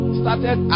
started